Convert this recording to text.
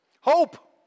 Hope